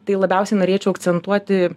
tai labiausiai norėčiau akcentuoti